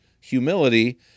humility